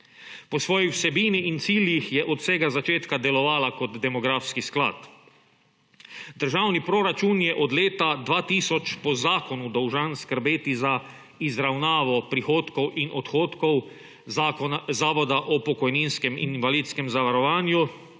Po svoji vsebini in ciljih je od vsega začetka delovala kot demografski sklad. Državni proračun je od leta 2000 po zakonu dolžan skrbeti za izravnavo prihodkov in odhodkov Zavoda o pokojninskem in invalidskem zavarovanju